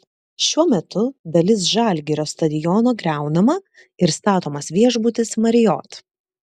šiuo metu dalis žalgirio stadiono griaunama ir statomas viešbutis marriott